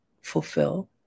fulfill